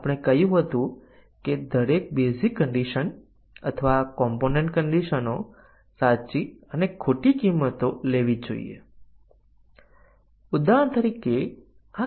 તેથી a આ બરાબર 15 છે પ્રથમ એટોમિક કન્ડિશન સાચુ હોવાનું નક્કી કરશે અને બીજી એક 50 કરતા ઓછી 30 હશે